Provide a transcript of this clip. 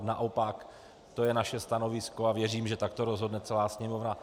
Naopak, to je naše stanovisko a věřím, že takto rozhodne celá Sněmovna.